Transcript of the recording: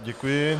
Děkuji.